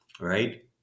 right